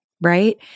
right